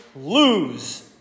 Lose